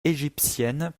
égyptienne